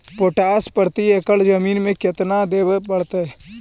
Potash प्रति एकड़ जमीन में केतना देबे पड़तै?